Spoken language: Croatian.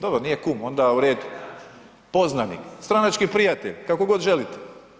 Dobro nije kum, onda u redu, poznanik, stranački prijatelj, kako god želite.